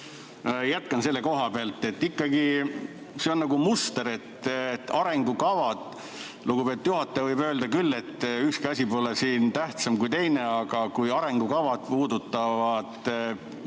Jätkan selle koha pealt, et ikkagi see on nagu muster. Lugupeetud juhataja võib öelda küll, et ükski asi pole siin tähtsam kui teine, aga kui arengukavad puudutavad